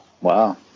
wow